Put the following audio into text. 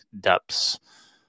Depths